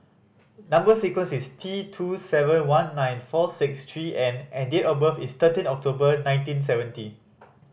number sequence is T two seven one nine four six three N and date of birth is thirteen October nineteen seventy